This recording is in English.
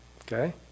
Okay